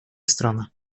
stronę